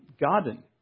garden